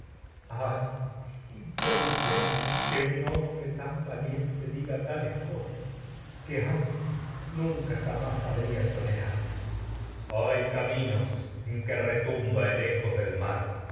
infeliz de mi que un hombre tan diga tales cosas que antes nunca jamás habría tolerado ayax ay caminos la costa y en que retumba el eco del mar